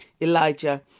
Elijah